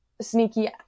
sneaky